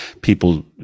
people